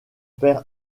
père